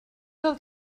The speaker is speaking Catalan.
del